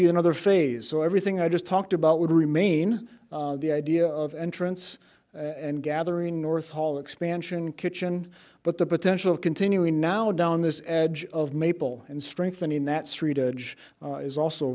be another phase so everything i just talked about would remain the idea of entrance and gathering north hall expansion kitchen but the potential continuing now down this ad of maple and strengthening that street edge is also